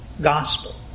gospel